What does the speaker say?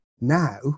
now